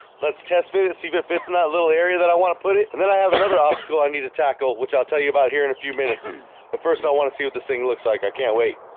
let's test fit it see if it fits in that little area that i want to put it and then i have another obstacle i need to tackle which i'll tell you about here in a few minutes but first i want to see what this thing looks like. i can't wait